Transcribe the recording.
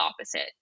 opposite